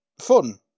fun